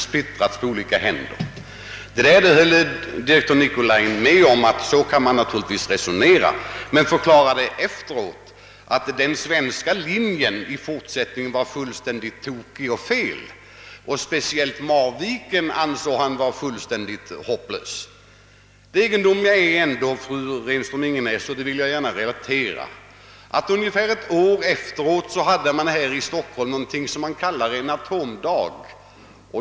Direktör Nicolin medgav att man kunde resonera på det viset, men sedan förklarade han att den svenska linjen i fortsättningen vore helt tokig. Speciellt ansåg han Marviken vara en hopplös anläggning. Men, fru Renström-Ingenäs, ungefär ett år efteråt hade vi här i Stockholm någonting som kallades för en atomdag.